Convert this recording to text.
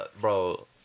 bro